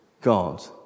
God